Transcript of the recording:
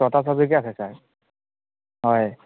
ছটা ছাবজেক্টে আছে ছাৰ হয়